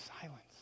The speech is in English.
silence